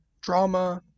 drama